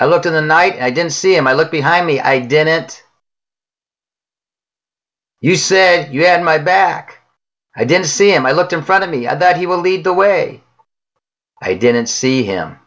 i looked in the night i didn't see him i looked behind me identity you said you had my back i didn't see him i looked in front of me at that he will lead the way i didn't see him